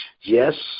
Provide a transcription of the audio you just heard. yes